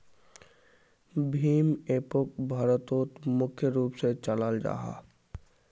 भीम एपोक भारतोत मुख्य रूप से चलाल जाहा